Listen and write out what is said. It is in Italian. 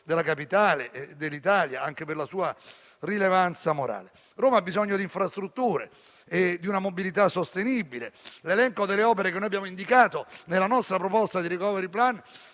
della Capitale e dell'Italia, anche per la sua rilevanza morale. Roma ha bisogno di infrastrutture e di una mobilità sostenibile. L'elenco delle opere che abbiamo indicato nella nostra proposta di *recovery plan*